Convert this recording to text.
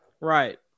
Right